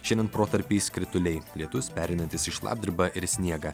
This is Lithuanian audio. šiandien protarpiais krituliai lietus pereinantis į šlapdribą ir sniegą